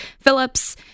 Phillips